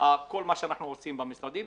ושל כל מה שאנחנו רוצים במשרדים,